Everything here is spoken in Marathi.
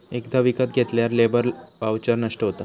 एकदा विकत घेतल्यार लेबर वाउचर नष्ट होता